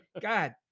God